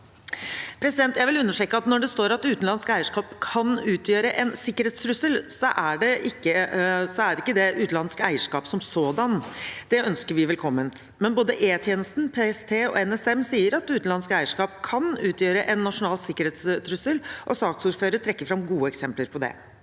Jeg vil understreke at når det står at utenlandsk eierskap kan utgjøre en sikkerhetstrussel, gjelder ikke det utenlandsk eierskap som sådan – det ønsker vi velkommen. Men både E-tjenesten, PST og NSM sier at utenlandsk eierskap kan utgjøre en nasjonal sikkerhetstrussel, og saksordføreren trekker fram gode eksempler på det.